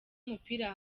umupira